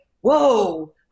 whoa